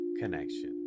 connection